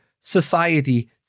society